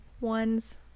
ones